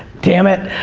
dammit.